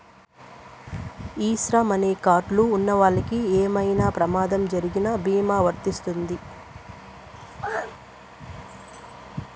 ఈ శ్రమ్ అనే కార్డ్ లు ఉన్నవాళ్ళకి ఏమైనా ప్రమాదం జరిగిన భీమా వర్తిస్తుంది